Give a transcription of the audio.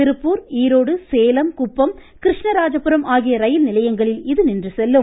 திருப்பூர் ஈரோடு சேலம் குப்பம் கிருஷ்ணராஜபுரம் ஆகிய ரயில் நிலையங்களில் இது நின்று செல்லும்